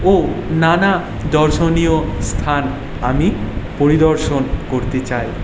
ও নানা দর্শনীয় স্থান আমি পরিদর্শন করতে চাই